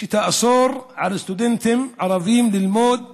שתאסור על סטודנטים ערבים ללמוד בשטחים,